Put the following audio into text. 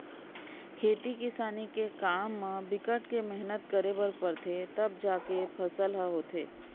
खेती किसानी के काम म बिकट के मेहनत करे बर परथे तव जाके फसल ह होथे